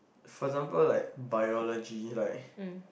for example like biology like